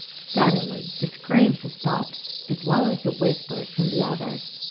suddenly, the screams stopped, as well as the whispers from the others.